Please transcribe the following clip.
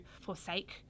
forsake